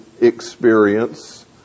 experience